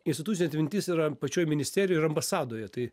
institucinė atmintis yra pačioj ministerijoj ir ambasadoj tai